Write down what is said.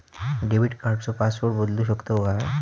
Debit कार्डचो password बदलु शकतव काय?